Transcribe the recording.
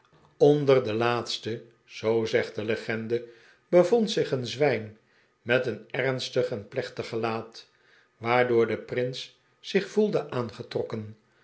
onder de laatste zoo zegt de legende bevond zich een zwijn met een ernstig en plechtig gelaat waardoor de prins zich voelde aangetrokken